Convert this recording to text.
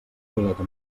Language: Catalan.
amigueta